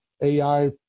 AI